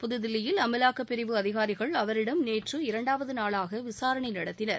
புதுதில்லியில் அமலாக்கப் பிரிவு அதிகாரிகள் அவரிடம் நேற்று இரண்டாவது நாளாக விசாரணை நடத்தினர்